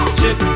chip